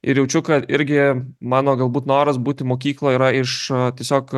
ir jaučiu kad irgi mano galbūt noras būti mokykloj yra iš tiesiog